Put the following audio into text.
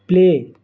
play